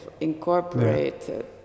incorporated